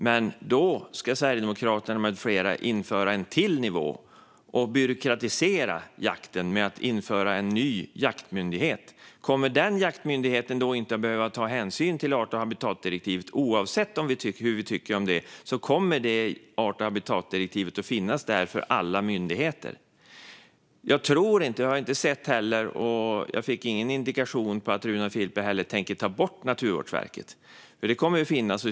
Men då ska Sverigedemokraterna med flera införa en till nivå och byråkratisera jakten genom att införa en ny jaktmyndighet. Kommer den jaktmyndigheten då inte att behöva ta hänsyn till art och habitatdirektivet? Jo, oavsett vad vi tycker om art och habitatdirektivet kommer det att finnas för alla myndigheter. Jag tror inte heller att Runar Filper tänker ta bort Naturvårdsverket. Jag fick ingen indikation på det. Det kommer att finnas kvar.